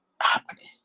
happening